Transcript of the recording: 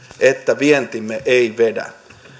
että vientimme ei vedä